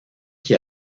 qui